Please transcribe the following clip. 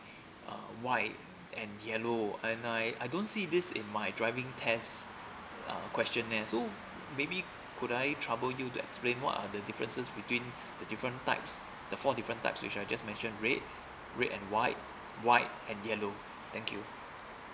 uh white and yellow and I I don't see this in my driving test uh questionnaires so maybe could I trouble you to explain what are the differences between the different types the four different types which I just mentioned red red and white white and yellow thank you